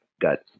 got